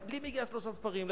לי מגיע שלושה ספרים,